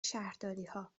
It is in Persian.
شهرداریها